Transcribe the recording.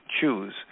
choose